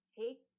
take